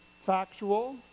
factual